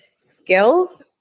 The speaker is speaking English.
skills